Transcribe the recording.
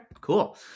cool